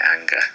anger